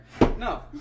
No